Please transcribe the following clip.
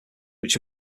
which